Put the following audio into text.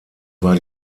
war